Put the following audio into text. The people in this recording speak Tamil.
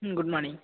ம் குட் மார்னிங்